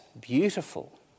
beautiful